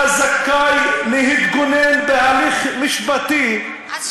זכאי להתגונן בהליך משפטי על חפותו,